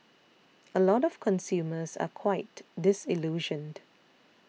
a lot of consumers are quite disillusioned